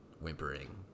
whimpering